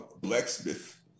blacksmith